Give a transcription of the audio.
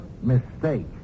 mistake